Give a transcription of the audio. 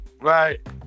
Right